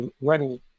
running